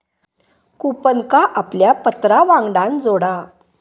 कूपनका आपल्या पत्रावांगडान जोडा